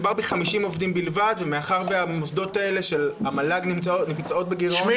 מדובר ב-50 עובדים בלבד ומוסדות המל"ג נמצאים בגירעון.